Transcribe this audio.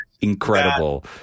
incredible